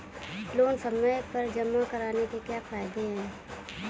Loan समय पर जमा कराने के क्या फायदे हैं?